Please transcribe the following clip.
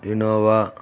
Innova